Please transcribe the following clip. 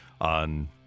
on